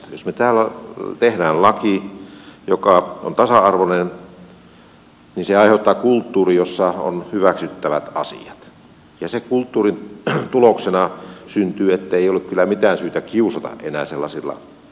jos me täällä teemme lain joka on tasa arvoinen niin se aiheuttaa kulttuurin jossa on hyväksyttävät asiat ja sen kulttuuri tuloksena syntyy tilanne ettei ole kyllä mitään syytä kiusata enää sellaisilla perusteilla